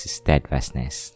steadfastness